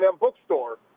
bookstore